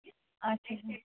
اَچھا ٹھیٖک